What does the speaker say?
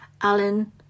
Alan